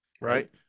right